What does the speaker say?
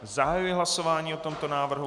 Zahajuji hlasování o tomto návrhu.